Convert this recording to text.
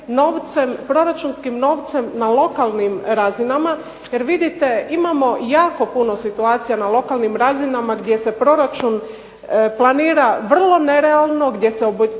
proračunskim novcem na lokalnim razinama. Jer vidite imamo jako puno situacija na lokalnim razinama gdje se proračun planira vrlo nerealno, gdje se obećava